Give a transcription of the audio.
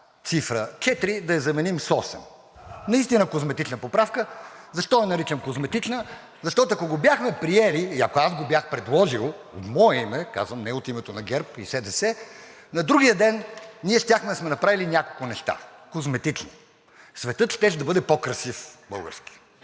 цифра 4, да я заменим с цифра 8 – наистина козметична поправка. Защо я наричам козметична?! Защото, ако го бяхме приели и го бях предложил от мое име, а не от името на ГЕРБ и СДС, на другия ден ние щяхме да сме направили няколко козметични неща. Светът щеше да бъде по-красив – българският,